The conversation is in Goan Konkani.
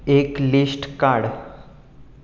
एक लिस्ट काड